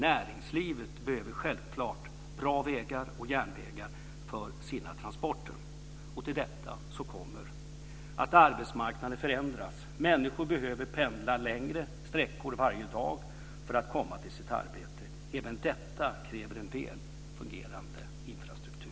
Näringslivet behöver självklart bra vägar och järnvägar för sina transporter. Till detta kommer att arbetsmarknaden förändras. Människor behöver pendla längre sträckor varje dag för att komma till sitt arbete. Även detta kräver en väl fungerande infrastruktur.